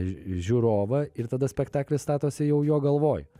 žiūrovą ir tada spektaklis statosi jau jo galvoj